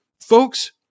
folks